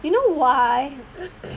you know why